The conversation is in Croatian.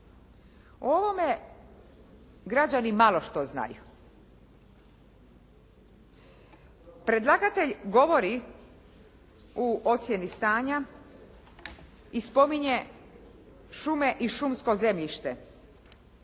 O ovome građani malo što znaju. Predlagatelj govori u ocjeni stanja i spominje šume i šumsko zemljište,